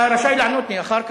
אתה רשאי לענות לי אחר כך,